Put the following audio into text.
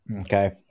okay